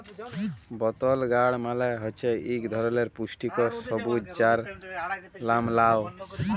বতল গাড় মালে হছে ইক ধারালের পুস্টিকর সবজি যার লাম লাউ